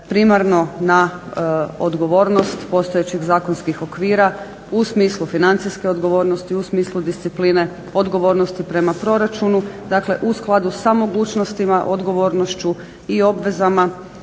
primarno na odgovornost postojećih zakonskih okvira u smislu financijske odgovornosti, u smislu discipline, odgovornosti prema proračunu. Dakle, u skladu sa mogućnostima, odgovornošću i obvezama